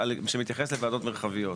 שמתייחס לוועדות מרחביות,